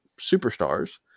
superstars